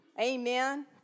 Amen